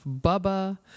Bubba